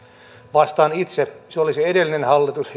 vastaan itse se oli se edellinen hallitus